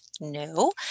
No